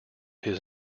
his